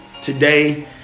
today